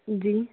जी